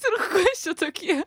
ir kas čia tokie